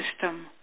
system